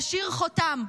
להשאיר חותם,